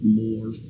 more